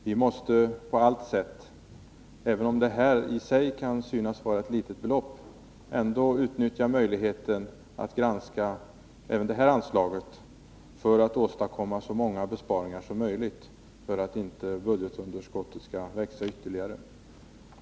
Vi måste på allt sätt utnyttja möjligheten att granska det här anslaget för att åstadkomma så många besparingar som möjligt — även om det i sig kan synas vara ett litet belopp — för att inte budgetunderskottet skall växa ytterligare.